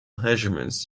measurements